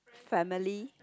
family